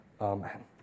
Amen